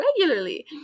regularly